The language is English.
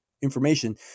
information